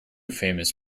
famous